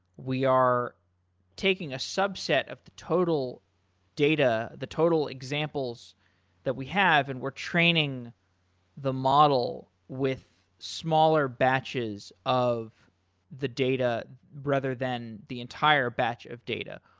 we are taking a subset of the total data, the total examples that we have and we're training the model with smaller batches of the data rather than the entire batch of data.